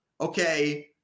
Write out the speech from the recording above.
Okay